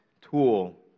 tool